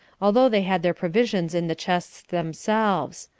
although they had their provisions in the chests themselves.